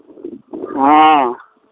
हँ